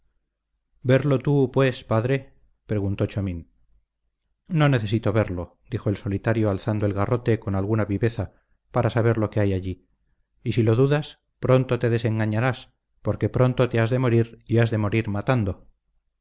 verlo tú pues padre preguntó chomín no necesito verlo dijo el solitario alzando el garrote con alguna viveza para saber lo que hay allí y si lo dudas pronto te desengañarás porque pronto te has de morir y has de morir matando